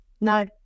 No